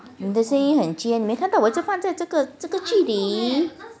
你的声音很尖没看到我一直放在这个这个距离